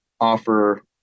offer